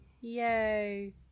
Yay